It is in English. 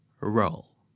Roll